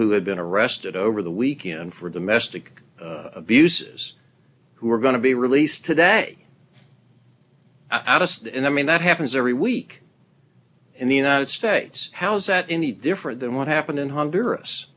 who have been arrested over the weekend for domestic abuse who are going to be released today and i mean that happens every week in the united states how's that any different than what happened in honduras